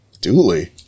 Duly